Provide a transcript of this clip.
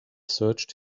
searched